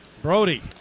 Brody